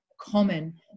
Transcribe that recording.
common